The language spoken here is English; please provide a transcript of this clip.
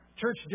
Church